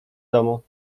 domu